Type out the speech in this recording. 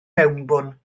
mewnbwn